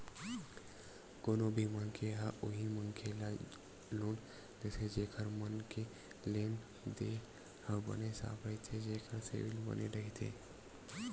कोनो भी मनखे ह उही मनखे ल लोन देथे जेखर मन के लेन देन ह बने साफ रहिथे जेखर सिविल बने रहिथे